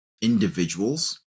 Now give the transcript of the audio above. individuals